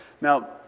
Now